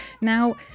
Now